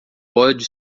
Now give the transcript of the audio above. pode